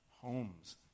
homes